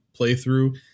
playthrough